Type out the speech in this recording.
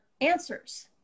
answers